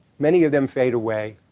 many of them fade away.